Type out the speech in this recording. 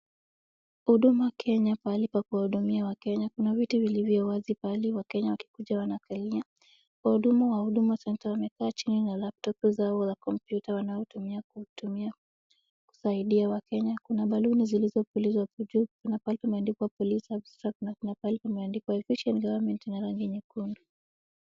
Huduma Kenya pahali pa kuhudumia wakenya kuna viti vilivyo wazi pahali wakenya wakikuja wanakalia. Wahudumu wa Huduma Centre wamekaa chini na laptop zao na kompyuta wanazotumia kusaidia wakenya .Kuna balloon zilizopulizwa huko juu. Kuna pahali pameandikwa efficient government na rangi nyekundu.